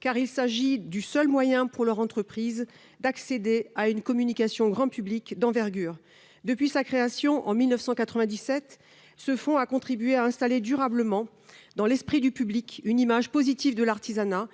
car il s'agit du seul moyen pour leur entreprise d'accéder à une communication grand public d'envergure : depuis sa création en 1997, ce fonds a contribué à installer durablement, dans l'esprit du public, une image positive de l'artisanat